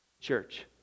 Church